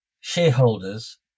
shareholders